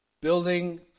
Building